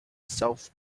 self